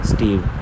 Steve